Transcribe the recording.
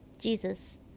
Jesus